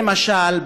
למשל,